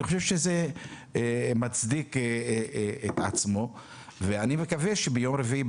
אני חושב שזה מוכיח את עצמו ואני מקווה שביום רביעי,